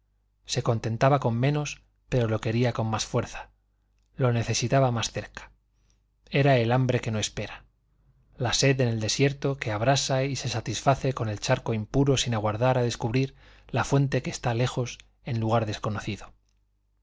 se contentaba con menos pero lo quería con más fuerza lo necesitaba más cerca era el hambre que no espera la sed en el desierto que abrasa y se satisface en el charco impuro sin aguardar a descubrir la fuente que está lejos en lugar desconocido